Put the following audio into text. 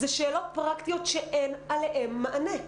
אלו שאלות פרקטיות שאין עליהן מענה.